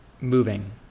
moving